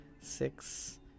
six